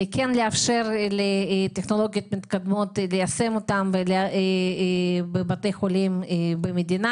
כן לאפשר ליישם טכנולוגיות מתקדמות בבתי חולים במדינה,